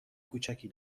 کوچکی